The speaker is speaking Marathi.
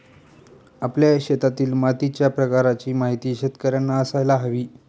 आपल्या शेतातील मातीच्या प्रकाराची माहिती शेतकर्यांना असायला हवी